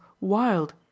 wild